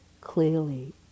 clearly